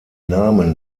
namen